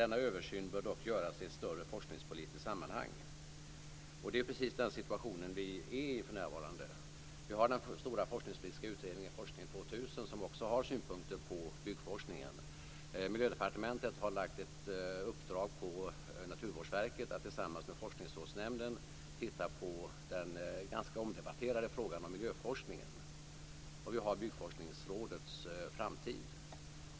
Denna översyn bör dock göras i ett större forskningspolitiskt sammanhang." Det är precis den situationen vi är i för närvarande. Vi har den stora forskningspolitiska utredningen Forskning 2000, som också har synpunkter på byggforskningen. Miljödepartementet har lagt ut ett uppdrag på Naturvårdsverket att tillsammans med Forskningsrådsnämnden titta på den ganska omdebatterade frågan om miljöforskningen. Där finns också Byggforskningsrådets framtid.